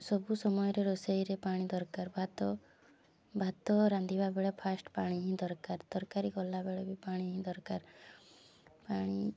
ସବୁ ସମୟରେ ରୋଷେଇରେ ପାଣି ଦରକାର ଭାତ ଭାତ ରାନ୍ଧିବା ବେଳେ ଫାଷ୍ଟ୍ ପାଣି ହିଁ ଦରକାର ତରକାରୀ କଲାବେଳେ ବି ପାଣି ହିଁ ଦରକାର ପାଣି